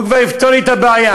הוא כבר יפתור לי את הבעיה.